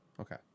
Okay